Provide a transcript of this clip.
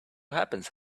happens